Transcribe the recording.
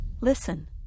Listen